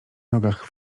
nogach